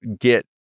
get